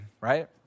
right